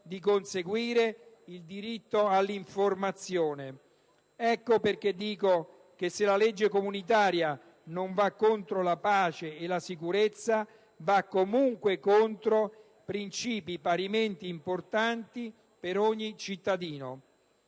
di conseguire il diritto all'informazione. Ecco perché sostengo che se la legge comunitaria non va contro la pace e la sicurezza, va comunque contro princìpi parimenti importanti per ogni cittadino;